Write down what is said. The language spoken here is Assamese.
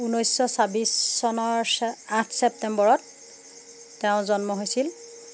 ঊনৈছশ চাব্বিছ চনৰ চ আঠ ছেপ্টেম্বৰত তেওঁ জন্ম হৈছিল